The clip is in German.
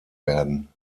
werden